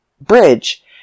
bridge